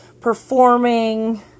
performing